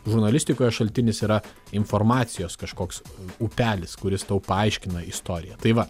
žurnalistikoje šaltinis yra informacijos kažkoks upelis kuris tau paaiškina istoriją tai va